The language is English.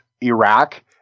Iraq